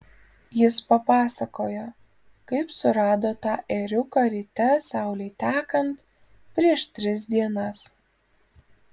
jis papasakojo kaip surado tą ėriuką ryte saulei tekant prieš tris dienas